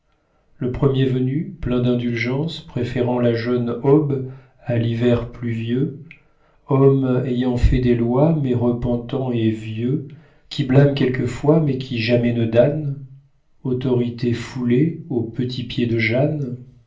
le premier venu plein d'indulgence préférant la jeune aube à l'hiver pluvieux homme ayant fait des lois mais repentant et vieux qui blâme quelquefois mais qui jamais ne damne autorité foulée aux petits pieds de jeanne